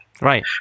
right